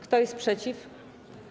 Kto jest przeciw?